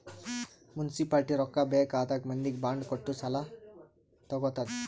municipality ರೊಕ್ಕಾ ಬೇಕ್ ಆದಾಗ್ ಮಂದಿಗ್ ಬಾಂಡ್ ಕೊಟ್ಟು ಸಾಲಾ ತಗೊತ್ತುದ್